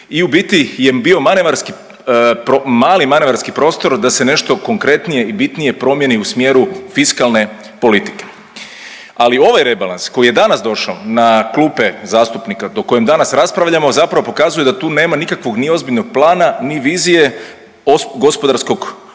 i u biti je bio mali manevarski prostor da se nešto konkretnije i bitnije promijeni u smjeru fiskalne politike. Ali ovaj rebalans koji je danas došao na klupe zastupnike o kojem danas raspravljamo zapravo pokazuje da tu nema nikakvog ni ozbiljnog plan ni vizije gospodarskog